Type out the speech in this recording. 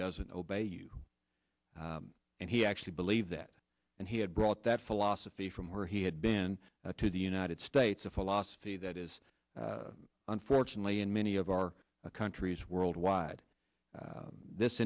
doesn't obey you and he actually believed that and he had brought that philosophy from where he had been to the united states a philosophy that is unfortunately in many of our countries worldwide this